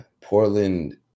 Portland